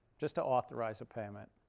just to authorize a payment.